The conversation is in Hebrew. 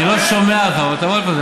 אני לא שומע אותך.